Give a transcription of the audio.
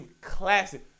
classic